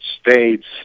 states